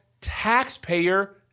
taxpayer